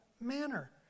manner